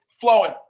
flowing